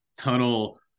tunnel